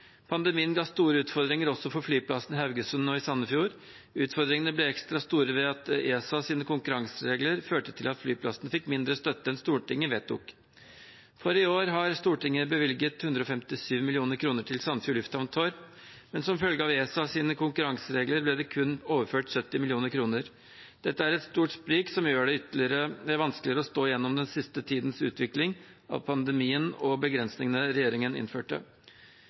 Pandemien ga store utfordringer også for flyplassene i Haugesund og Sandefjord. Utfordringene ble ekstra store ved at ESAs konkurranseregler førte til at flyplassene fikk mindre støtte enn Stortinget vedtok. For i år har Stortinget bevilget 157 mill. kr til Torp Sandefjord lufthavn, men som følge av ESAs konkurranseregler ble det kun overført 70 mill. kr. Dette er et stort sprik som gjør det ytterligere vanskelig å stå gjennom den siste tidens utvikling av pandemien og begrensningene regjeringen innførte.